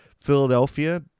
Philadelphia